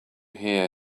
hear